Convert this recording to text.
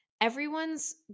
everyone's